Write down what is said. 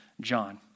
John